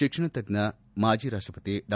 ಶಿಕ್ಷಣ ತಜ್ಜ ಮಾಜಿ ರಾಷ್ಟಪತಿ ಡಾ